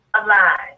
alive